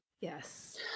Yes